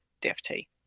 DFT